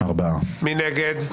מי נגד?